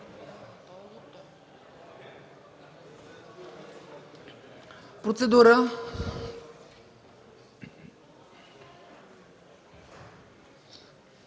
процедура